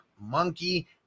Monkey